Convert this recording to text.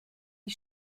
die